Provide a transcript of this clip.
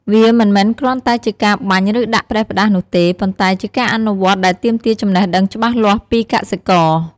វាមិនមែនគ្រាន់តែជាការបាញ់ ឬដាក់ផ្ដេសផ្ដាសនោះទេ ប៉ុន្តែជាការអនុវត្តដែលទាមទារចំណេះដឹងច្បាស់លាស់ពីកសិករ។